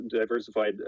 diversified